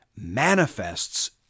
manifests